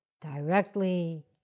directly